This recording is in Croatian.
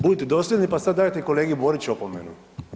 Budite dosljedni pa sada dajte kolegi Boriću opomenu.